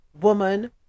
woman